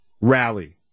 rally